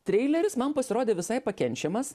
treileris man pasirodė visai pakenčiamas